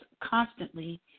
constantly